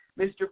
Mr